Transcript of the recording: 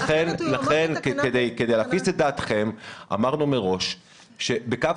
לכן כדי להפיס את דעתכם אמרנו מראש שבקו